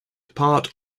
part